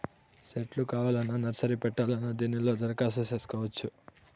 సెట్లు కావాలన్నా నర్సరీ పెట్టాలన్నా దీనిలో దరఖాస్తు చేసుకోవచ్చు